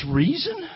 reason